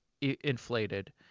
inflated